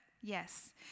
yes